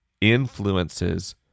influences